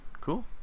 cool